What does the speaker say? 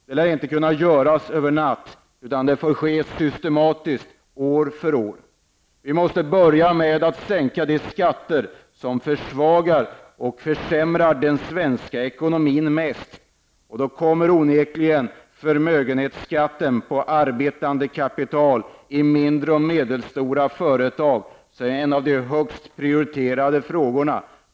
Det lär inte kunna göras över en natt utan får ske systematiskt år för år. Vi måste börja med att sänka de skatter som försvagar och försämrar den svenska ekonomin mest. För att vi skall kunna stärka det svenska näringslivet kommer onekligen förmögenhetsskatten på arbetande kapital i mindre och medelstora företag att bli en av de högst prioriterade frågorna.